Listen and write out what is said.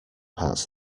parts